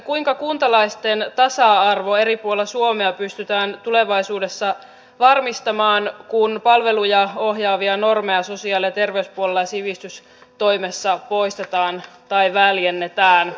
kuinka kuntalaisten tasa arvo eri puolilla suomea pystytään tulevaisuudessa varmistamaan kun palveluja ohjaavia normeja sosiaali ja terveyspuolella ja sivistystoimessa poistetaan tai väljennetään